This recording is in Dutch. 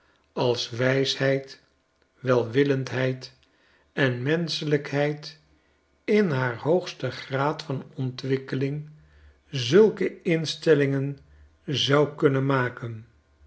als wijsheid welwillendheid en menschelijkheid in haar hoogsten graad van ontwikkeling zulke instellingen zou kunnen maken